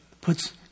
puts